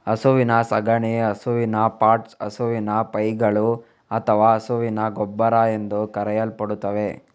ಹಸುವಿನ ಸಗಣಿ ಹಸುವಿನ ಪಾಟ್ಸ್, ಹಸುವಿನ ಪೈಗಳು ಅಥವಾ ಹಸುವಿನ ಗೊಬ್ಬರ ಎಂದೂ ಕರೆಯಲ್ಪಡುತ್ತದೆ